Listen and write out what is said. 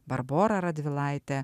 barbora radvilaitė